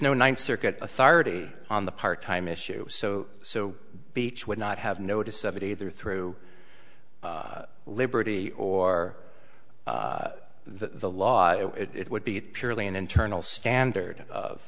no ninth circuit authority on the part time issue so so beach would not have notice of it either through liberty or the law it would be purely an internal standard of